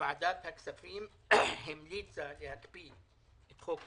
ועדת הכספים המליצה להקפיא את חוק קמיניץ.